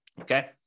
okay